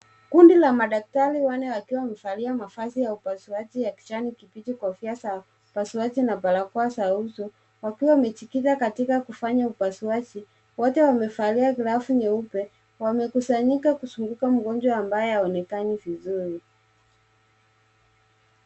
Kundi la madaktari wanne wakiwa wamevalia mavazi ya upasuaji ya kijani kibichi, kofia za upasuaji na barakoa za uso. Wakiwa wamejikinga katika kufanya upasuaji. Wote wamevalia glovu nyeupe. Wamekusanyika kuzunguka mgonjwa ambaye haonekani vizuri.